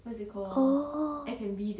orh